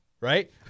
Right